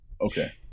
Okay